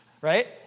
right